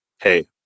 Hey